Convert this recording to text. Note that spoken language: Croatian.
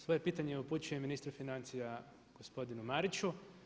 Svoje pitanje upućujem ministru financija gospodinu Mariću.